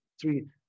three